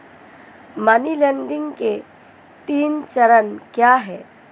Money laundering के तीन चरण क्या हैं?